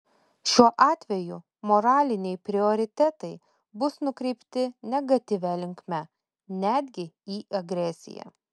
šiuo atveju moraliniai prioritetai bus nukreipti negatyvia linkme netgi į agresiją